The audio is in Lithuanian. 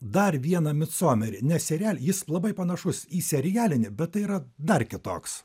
dar vieną micomerį ne serialin jis labai panašus į serialinį bet yra dar kitoks